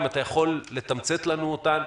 האם אתה יכול לתמצת לנו אותן,